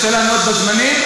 אני רוצה לעמוד בזמנים,